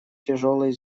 тяжелый